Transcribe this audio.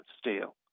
steel